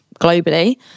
globally